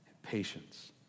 patience